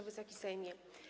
Wysoki Sejmie!